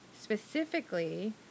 specifically